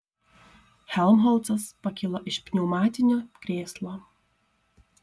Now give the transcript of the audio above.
helmholcas pakilo iš pneumatinio krėslo